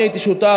אני הייתי שותף